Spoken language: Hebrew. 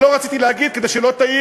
לא רציתי להגיד כדי שלא תעיר,